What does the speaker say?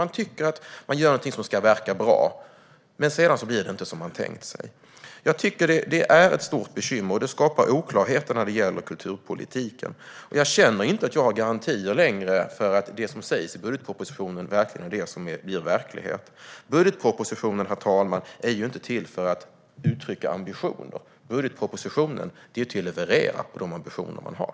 Man tycker att man gör någonting som ska verka bra, men sedan blir det inte som man tänkt sig. Jag tycker att det är ett stort bekymmer, och det skapar oklarheter när det gäller kulturpolitiken. Jag känner inte att jag har garantier längre för att det som sägs i budgetpropositionen verkligen är det som blir verklighet. Budgetpropositionen, herr talman, är inte till för att uttrycka ambitioner. Budgetpropositionen är till för att leverera enligt de ambitioner man har.